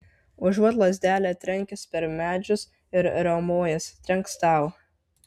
užuot lazdele trenkęs per medžius ir riaumojęs trenks tau